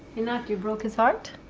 and you broke his heart?